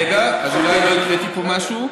רגע, אז אולי לא הקראתי פה משהו.